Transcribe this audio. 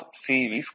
PD charging disch